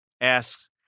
asks